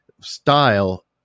style